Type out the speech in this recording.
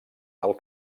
del